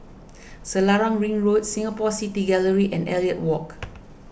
Selarang Ring Road Singapore City Gallery and Elliot Walk